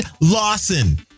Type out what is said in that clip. Lawson